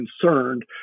concerned